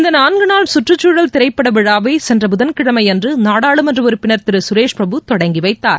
இந்த நான்கு நாள் கற்றுச்சூழல் திரைப்பட விழாவை சென்ற புதன்கிழமையன்று நாடாளுமன்ற உறுப்பினர் திரு சுரேஷ் பிரபு தொடங்கி வைத்தார்